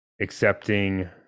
accepting